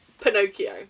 pinocchio